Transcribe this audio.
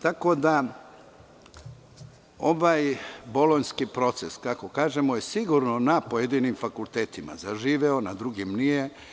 Tako da, ovaj bolonjski proces, kako kažemo, je sigurno na pojedinim fakultetima zaživeo, na drugim nije.